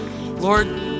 Lord